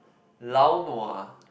lao-nua